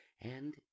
And